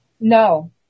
No